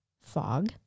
fog